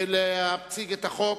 להציג את החוק.